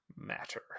Matter